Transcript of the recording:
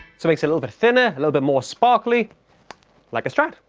so makes a little bit thinner a little bit more sparkly like a strat.